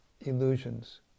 illusions